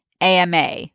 AMA